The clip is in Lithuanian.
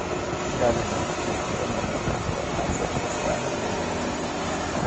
gali būti jog cheminio ginklo atsargos ten ir laikomos